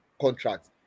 contract